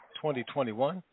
2021